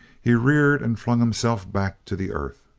he reared and flung himself back to the earth.